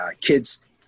kids